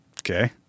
Okay